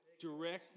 direct